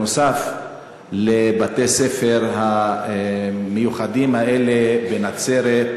נוסף על בתי-הספר המיוחדים האלה בנצרת,